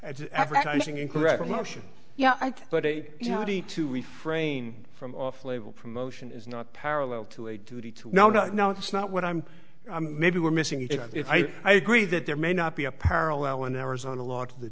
and advertising incorrect notion yeah but a jihadi to refrain from off label promotion is not parallel to a duty to no no no it's not what i'm maybe we're missing it if i agree that there may not be a parallel in arizona law to the